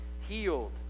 healed